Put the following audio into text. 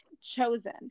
chosen